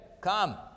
Come